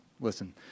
Listen